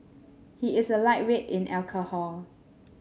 he is a lightweight in alcohol